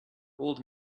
old